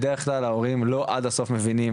בדרך כלל ההורים לא עד הסוף מבינים